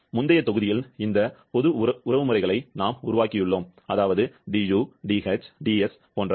முந்தைய தொகுதியில் இந்த பொது உறவுகளை நாம் உருவாக்கியுள்ளோம் du dh ds போன்றவை